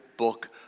book